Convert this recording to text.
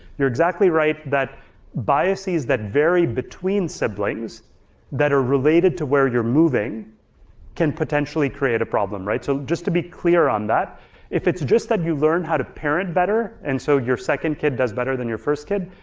you're exactly right that biases that vary between siblings that are related to where you're moving can potentially create a problem, right? so just to be clear on that if it's just that you learn how to parent better, and so your second kid does better than your first kid,